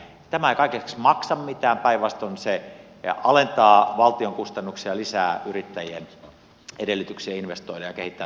tämä ei kaiken lisäksi maksa mitään päinvastoin se alentaa valtion kustannuksia lisää yrittäjien edellytyksiä investoida ja kehittää toimintaansa